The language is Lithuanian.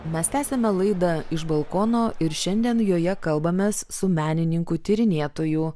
mes tęsiame laida iš balkono ir šiandien joje kalbamės su menininku tyrinėtoju